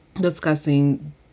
discussing